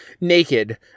naked